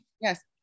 Yes